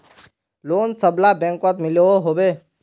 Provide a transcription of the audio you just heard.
Loan सबला बैंकोत मिलोहो होबे?